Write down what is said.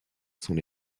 sont